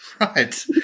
Right